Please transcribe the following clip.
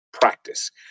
practice